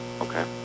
Okay